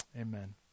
Amen